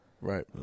Right